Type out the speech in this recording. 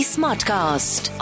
Smartcast